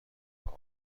آقا